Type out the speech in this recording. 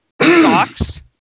socks